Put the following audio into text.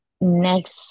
next